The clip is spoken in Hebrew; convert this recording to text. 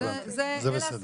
אלה הסיכומים.